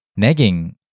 Negging